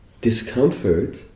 discomfort